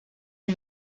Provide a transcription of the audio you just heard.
une